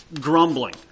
grumbling